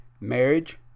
marriage